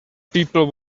people